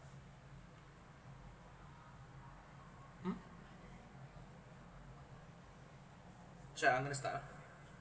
!huh! I'm gonna start ah